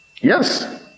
Yes